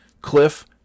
Cliff